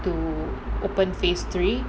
to open phase three